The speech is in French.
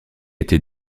été